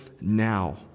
now